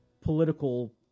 political